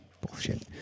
Bullshit